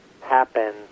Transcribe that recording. happen